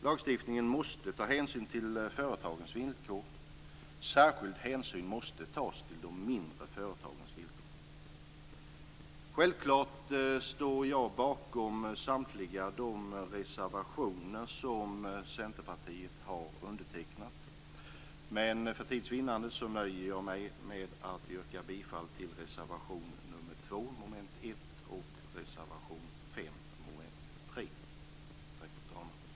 Lagstiftningen måste ta hänsyn till företagens villkor. Särskild hänsyn måste tas just till de mindre företagens villkor. Självklart står jag bakom samtliga de reservationer som Centerpartiet har undertecknat, men för tids vinnande nöjer jag mig med att yrka bifall till reservation nr 2 under mom. 1 och reservation nr 5 under mom. 3. Tack, fru talman!